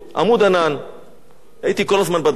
הייתי כל הזמן בדרום, כל הזמן, כל הזמן.